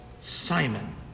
Simon